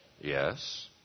Yes